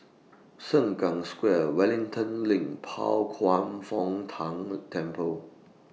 Sengkang Square Wellington LINK Pao Kwan Foh Tang Temple